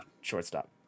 Shortstop